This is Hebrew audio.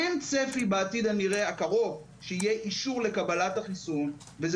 אין צפי בעתיד הקרוב שיהיה אישור לקבלת החיסון וזה